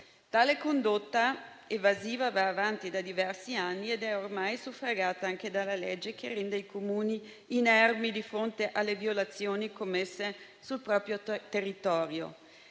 Tale condotta evasiva va avanti da diversi anni ed è ormai suffragata anche dalla legge, che rende i Comuni inermi di fronte alle violazioni commesse sul proprio territorio.